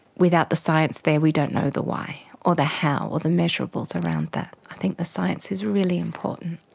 without the science there we don't know the why or the how or the measurables around that. i think the science is really important.